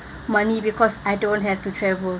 money because I don't have to travel